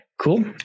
Cool